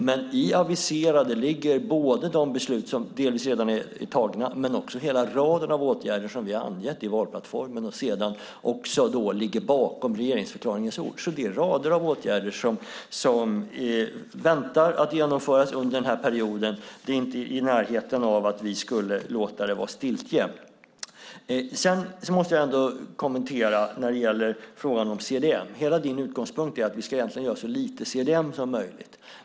Men i ordet aviserade ligger både de beslut som delvis redan är tagna men också hela raden av åtgärder som vi har angett i valplattformen och som ligger bakom regeringsförklaringens ord. Det är alltså rader av åtgärder som väntar på att genomföras under denna period. Det är inte i närheten av att vi skulle låta det vara stiltje. Jag måste kommentera frågan om CDM. Hela din utgångspunkt, Jens Holm, är att vi egentligen ska ha så lite CDM-projekt som möjligt.